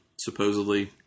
supposedly